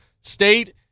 State